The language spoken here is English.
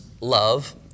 love